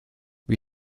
wie